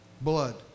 Blood